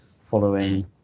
following